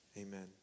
Amen